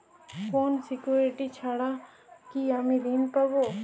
কোনো সিকুরিটি ছাড়া কি আমি ঋণ পাবো?